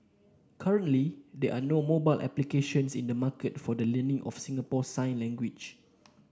currently there are no mobile applications in the market for the learning of Singapore sign language